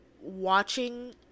watching